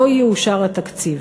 לא יאושר התקציב,